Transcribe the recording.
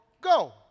go